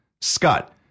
Scott